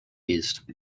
east